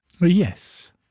Yes